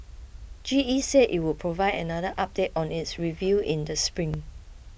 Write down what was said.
G E said it will provide another update on its review in the spring